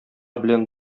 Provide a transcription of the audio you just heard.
белән